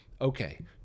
Okay